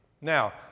Now